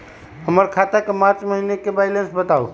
हमर खाता के मार्च महीने के बैलेंस के बताऊ?